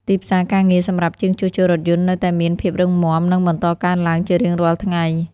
ទីផ្សារការងារសម្រាប់ជាងជួសជុលរថយន្តនៅតែមានភាពរឹងមាំនិងបន្តកើនឡើងជារៀងរាល់ថ្ងៃ។